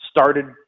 started